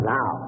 Now